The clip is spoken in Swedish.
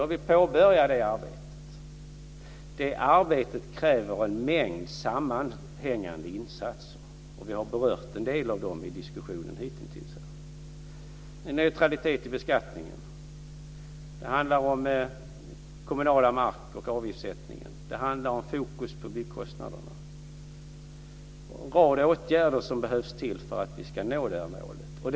Jag vill påbörja det arbetet. Det arbetet kräver en mängd sammanhängande insatser, och vi har berört en del av dem i diskussionen hitintills i dag. Det handlar om neutralitet i beskattningen. Det handlar om den kommunala mark och avgiftssättningen. Det handlar om fokus på byggkostnaderna. Det är en rad åtgärder som behövs för att vi ska nå det målet.